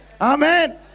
amen